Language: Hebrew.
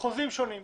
חוזים שונים.